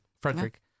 frederick